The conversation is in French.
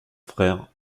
frère